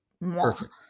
Perfect